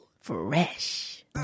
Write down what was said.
Fresh